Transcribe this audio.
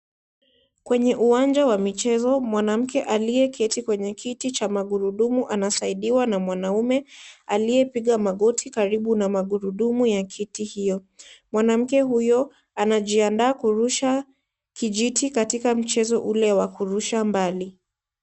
Kwenye uwanja wa michezo, mwanamke aliyeketi kwenye kiti cha magurudumu, anasaidiwa na mwanamme aliyepiga magoti karibu na magurudumu ya kiti hiyo. Mwanamke huyo anajiandaa kurusha kijiti katika mchezo ule wa kurusha mbali.